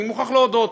אני מוכרח להודות.